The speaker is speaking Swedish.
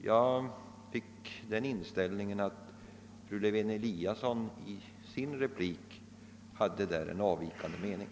Jag fick den uppfattningen att fru Lewén-Eliasson i sin replik där nu hade avvikande mening.